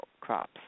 crops